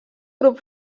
grup